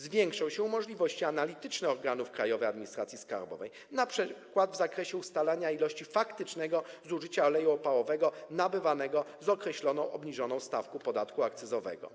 Zwiększą się możliwości analityczne organów Krajowej Administracji Skarbowej, np. w zakresie ustalania ilości faktycznego zużycia oleju opałowego nabywanego z określoną obniżoną stawką podatku akcyzowego.